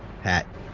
hat